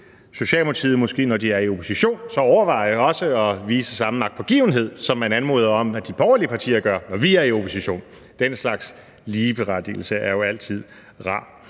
Socialdemokratiet måske, når de er i opposition, overveje også at vise samme agtpågivenhed, som man anmoder om, at de borgerlige partier gør, når vi er i opposition. Den slags ligeberettigelse er jo altid rar.